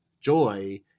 joy